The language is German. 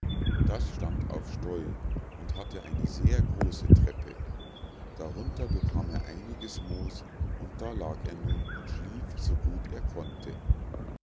das stand auf stollen und hatte eine sehr große treppe darunter bekam er einiges moos und da lag er nun und schlief so gut er konnte